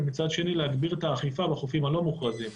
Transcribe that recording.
ומצד שני להגביר את האכיפה בחופים הלא-מוכרזים.